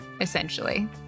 essentially